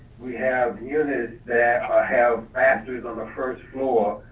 we have units that have bathrooms on the first floor.